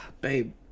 Babe